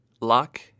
luck